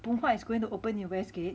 phoon huat is going to open in westgate